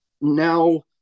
now